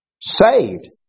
saved